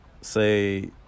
say